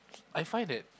I find that